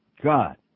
God